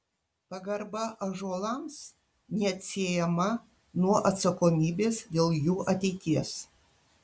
pagarba ąžuolams neatsiejama nuo atsakomybės dėl jų ateities